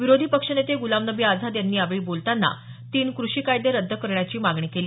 विरोधी पक्षनेते गुलाम नबी आझाद यांनी यावेळी बोलताना तीन कृषी कायदे रद्द करण्याची मागणी केली